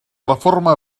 reforma